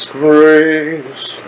grace